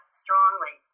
strongly